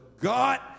God